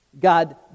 God